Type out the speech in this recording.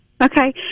Okay